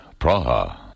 Praha